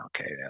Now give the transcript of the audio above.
okay